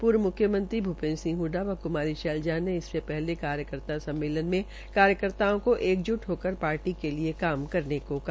पूर्व म्ख्यमंत्री भूपेन्द्र सिंह हडडा व क्मारी शैलजा ने इससे पहले कार्यकर्ता सम्मेलन में कार्यकर्ताओं को एकज्ट होकर पार्टी के लिए करने को कहा